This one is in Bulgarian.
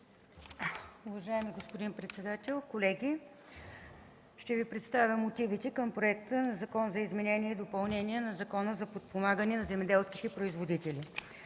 Уважаеми господин председател, колеги! Ще Ви представя Мотивите към проект на Закон за изменение и допълнение на Закона за подпомагане на земеделските производители: